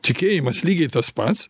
tikėjimas lygiai tas pats